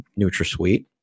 NutraSweet